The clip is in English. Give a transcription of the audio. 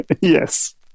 Yes